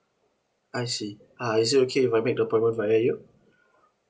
I see uh is it okay if I make the appointment via you